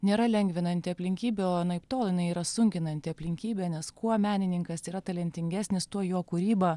nėra lengvinanti aplinkybė o anaiptol jinai yra sunkinanti aplinkybė nes kuo menininkas yra talentingesnis tuo jo kūryba